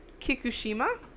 Kikushima